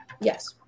Yes